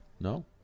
No